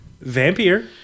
vampire